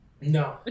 No